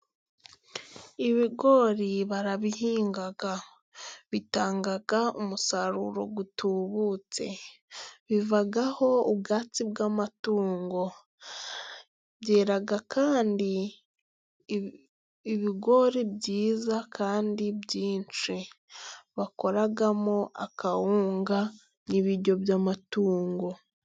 Ibigori barabihinga, bitanga umusaruro utubutse ,bivaho ubwatsi bw'amatungo byera kandi ibigori byiza kandi byinshi bakoramo akawunga ,n'ibiryo by'amatungo.